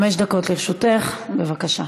חמש דקות לרשותך, בבקשה.